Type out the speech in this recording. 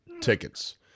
tickets